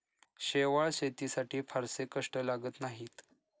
शेवाळं शेतीसाठी फारसे कष्ट लागत नाहीत